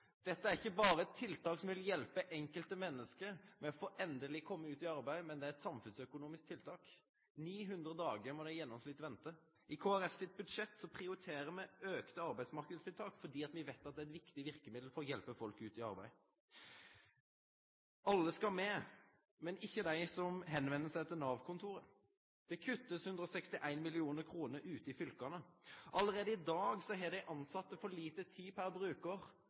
Dette er ikkje berre eit tiltak som vil hjelpe enkeltmenneske med endeleg å få kome ut i arbeid, men også eit samfunnsøkonomisk tiltak. 900 dagar må dei i gjennomsnitt vente. I Kristeleg Folkepartis budsjett prioriterer me auka arbeidsmarknadstiltak fordi me veit at det er eit viktig verkemiddel for å hjelpe folk ut i arbeid. Alle skal med, men ikkje dei som vender seg til Nav-kontoret. Det blir kutta 161 mill. kr ute i fylka. Allereie i dag har dei tilsette for lite tid per brukar,